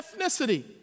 ethnicity